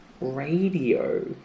radio